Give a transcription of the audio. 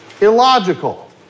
illogical